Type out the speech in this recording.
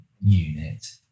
unit